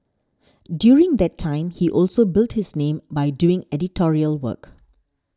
during that time he also built his name by doing editorial work